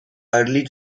early